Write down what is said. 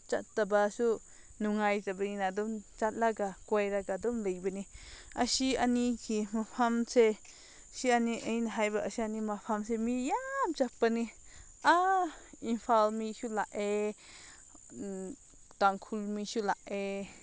ꯆꯠꯇꯕꯁꯨ ꯅꯨꯡꯉꯥꯏꯇꯕꯅꯤꯅ ꯑꯗꯨꯝ ꯆꯠꯂꯒ ꯀꯣꯏꯔꯒ ꯑꯗꯨꯝ ꯂꯩꯕꯅꯤ ꯑꯁꯤ ꯑꯅꯤꯒꯤ ꯃꯐꯝꯁꯦ ꯁꯤ ꯑꯅꯤ ꯑꯩꯅ ꯍꯥꯏꯕ ꯑꯁꯦ ꯑꯅꯤ ꯃꯐꯝꯁꯦ ꯃꯤ ꯌꯥꯝ ꯆꯠꯄꯅꯤ ꯑꯥ ꯏꯝꯐꯥꯜ ꯃꯤꯁꯨ ꯂꯥꯛꯑꯦ ꯇꯥꯡꯈꯨꯜ ꯃꯤꯁꯨ ꯂꯥꯛꯑꯦ